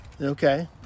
Okay